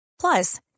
Plus